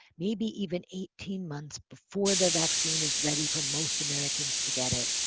maybe even eighteen months before the vaccine is ready for most americans to get it.